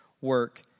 work